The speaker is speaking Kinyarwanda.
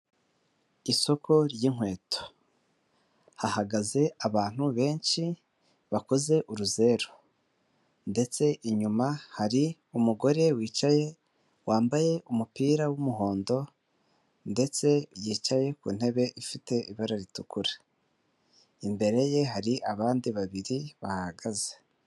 Isoko ry'inkweto, hahagaze abantu benshi bakoze uruzeru ndetse inyuma hari umugore wicaye wambaye umupira w'umuhondo ndetse yicaye ku ntebe ifite ibara ritukura, imbere ye hari abandi babiri bahahagaze.